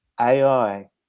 ai